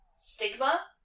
stigma